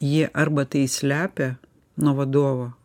ji arba tai slepia nuo vadovo